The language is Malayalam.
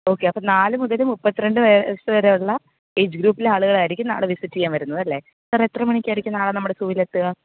ഓക്കെ അപ്പം നാല് മുതൽ മുപ്പത്തി രണ്ട് വയസ്സ് വരെയുള്ള ഏജ് ഗ്രൂപ്പിലെ ആളുകളായിരിക്കും നാളെ വിസിറ്റ് ചെയ്യാൻ വരുന്നതല്ലേ സാർ എത്രമണിക്ക് ആയിരിക്കും നാളെ നമ്മുടെ സൂവിൽ എത്തുക